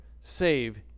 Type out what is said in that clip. save